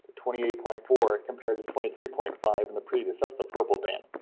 twenty eight point four compared to twenty three point five in the previous, that's the purple band.